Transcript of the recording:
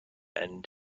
end